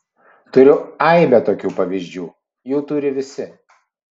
turiu aibę tokių pavyzdžių jų turi visi